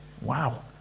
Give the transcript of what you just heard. Wow